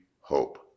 hope